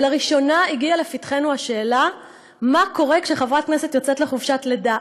לראשונה הגיעה לפתחנו השאלה מה קורה כשחברת כנסת יוצאת לחופשת לידה.